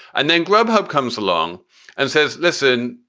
and then grubhub comes along and says, listen,